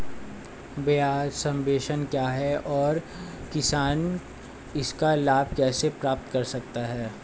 ब्याज सबवेंशन क्या है और किसान इसका लाभ कैसे प्राप्त कर सकता है?